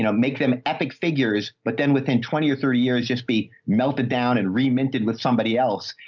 you know make them epic figures, but then within twenty or thirty years just be melted down and re minted with somebody else.